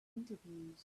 interviews